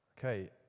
okay